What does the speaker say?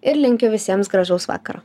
ir linkiu visiems gražaus vakaro